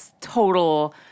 total